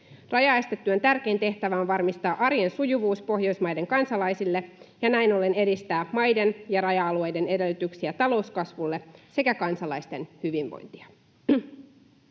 Rajaestetyön tärkein tehtävä on varmistaa arjen sujuvuus Pohjoismaiden kansalaisille ja näin ollen edistää maiden ja raja-alueiden edellytyksiä talouskasvulle sekä kansalaisten hyvinvointia.